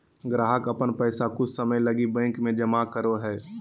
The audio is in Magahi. ग्राहक अपन पैसा कुछ समय लगी बैंक में जमा करो हइ